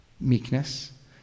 meekness